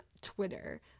Twitter